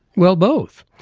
well, both.